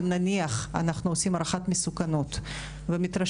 אם נניח אנחנו עושים הערכת מסוכנות ומתרשמים